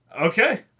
Okay